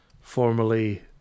formerly